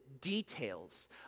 details